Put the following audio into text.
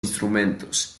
instrumentos